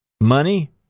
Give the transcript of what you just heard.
money